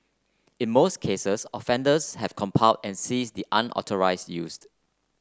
in most cases offenders have complied and ceased the unauthorised used